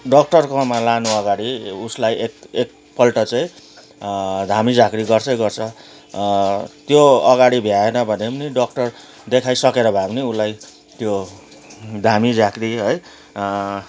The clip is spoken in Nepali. डक्टरकोमा लानु अगाडि उसलाई एक एकपल्ट चाहिँ धामी झाँक्री गर्छै गर्छ त्यो अगाडि भ्याएन भने पनि डक्टर देखाइसकेर भाए पनि उसलाई त्यो धामी झाँक्री है